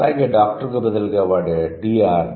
అలాగే doctor కు బదులుగా వాడే 'Dr